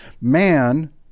Man